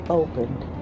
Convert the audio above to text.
opened